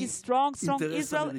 שאותם הזכיר ראש הממשלה,